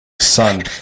son